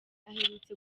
aherutse